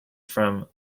from